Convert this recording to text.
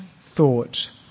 thought